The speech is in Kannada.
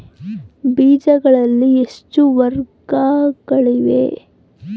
ಬೇಜಗಳಲ್ಲಿ ಎಷ್ಟು ವರ್ಗಗಳಿವೆ?